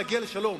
נגיע לשלום.